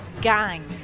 gang